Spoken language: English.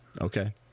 okay